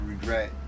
regret